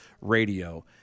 radio